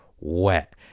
wet